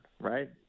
right